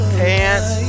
pants